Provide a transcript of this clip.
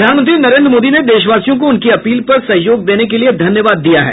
प्रधानमंत्री नरेन्द्र मोदी ने देशवासियों को उनकी अपील पर सहयोग देने के लिए धन्यवाद दिया है